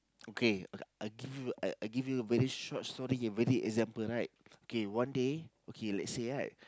okay I give you I give you a very short story very example right okay one day okay let's say right